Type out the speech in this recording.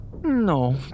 No